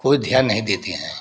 को ध्यान नहीं देती हैं